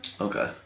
okay